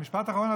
משפט אחרון,